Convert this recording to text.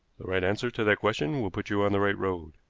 the right answer to that question will put you on the right road.